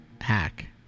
hack